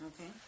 Okay